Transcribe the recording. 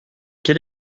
quel